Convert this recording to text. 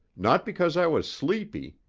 not because i was sleepy,